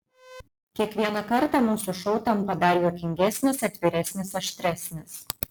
kiekvieną kartą mūsų šou tampa dar juokingesnis atviresnis aštresnis